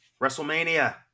WrestleMania